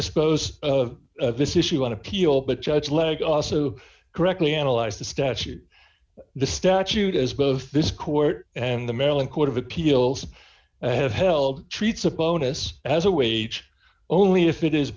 dispose of this issue on appeal but judge leg also correctly analyzed the statute the statute as both this court and the maryland court of appeals have held treats a poem this as a wage only if it is